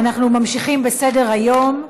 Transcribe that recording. אנחנו ממשיכים בסדר-היום: